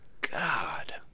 God